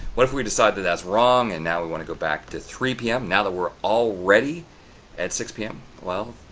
what if we decide that that's wrong, and now we want to go back to three pm. now that we're already at six pm well,